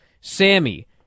Sammy